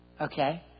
okay